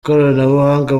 ikoranabuhanga